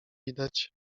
widać